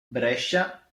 brescia